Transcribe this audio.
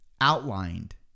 outlined